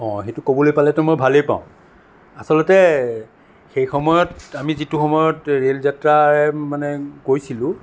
অঁ সেইটো ক'বলৈ পালেটো মই ভালেই পাওঁ আচলতে সেই সময়ত আমি যিটো সময়ত ৰে'ল যাত্ৰাৰে মানে গৈছিলোঁ